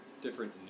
different